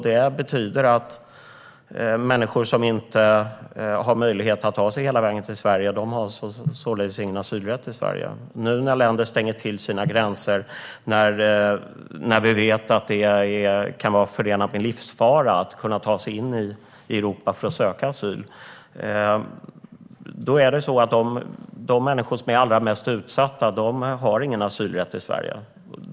Det betyder att människor som inte har möjlighet att ta sig hela vägen till Sverige således inte har någon asylrätt här. Nu när länder stänger sina gränser och vi vet att det kan vara förenat med livsfara att ta sig in i Europa för att söka asyl har de människor som är allra mest utsatta ingen asylrätt i Sverige.